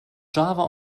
java